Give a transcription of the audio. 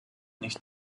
nicht